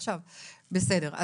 בסדר.